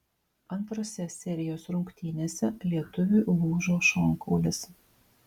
antrose serijos rungtynėse lietuviui lūžo šonkaulis